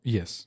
Yes